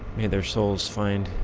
may their souls find